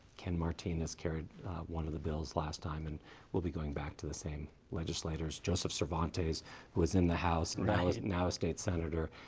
ken martinez carried one of the bills last time. and we'll be going back to the same legislators. joseph cervantes who was in the house, and now a state senator.